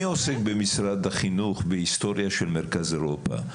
מי עוסק, במשרד החינוך, בהיסטוריה של מרכז אירופה?